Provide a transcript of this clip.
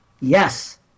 Yes